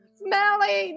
smelly